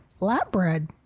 flatbread